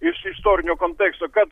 iš istorinio konteksto kad